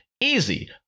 Easy